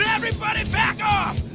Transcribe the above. everybody back off,